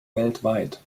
weltweit